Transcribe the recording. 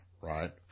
right